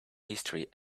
history